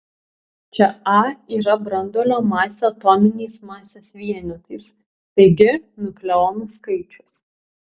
čia a yra branduolio masė atominiais masės vienetais taigi nukleonų skaičius